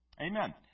Amen